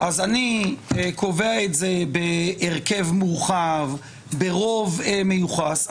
אז אתה קובע את זה בהרכב מורחב, ברוב מיוחס.